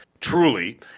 truly